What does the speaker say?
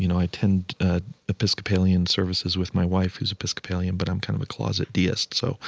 you know i attend episcopalian services with my wife, who's episcopalian, but i'm kind of a closet deist, so